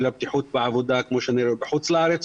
הבטיחות בעבודה כמו שאני רואה בחוץ לארץ.